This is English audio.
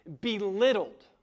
belittled